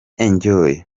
enjoy